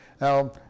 Now